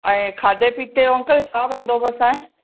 ऐं खाधे पीते जो अंकल छा बंदोबस्तु आहे